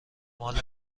مال